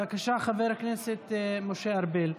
בבקשה, חבר הכנסת משה ארבל.